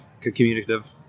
communicative